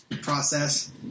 process